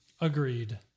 Agreed